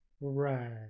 Right